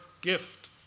gift